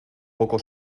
poco